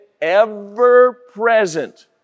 ever-present